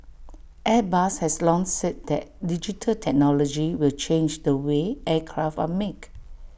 airbus has long said that digital technology will change the way aircraft are make